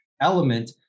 element